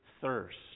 thirst